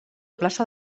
plaça